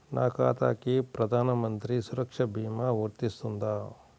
నా ఖాతాకి ప్రధాన మంత్రి సురక్ష భీమా వర్తిస్తుందా?